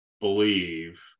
believe